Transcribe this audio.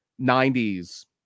90s